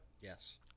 Yes